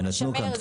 חומר משמר,